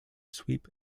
sweep